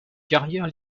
carrière